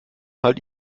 halt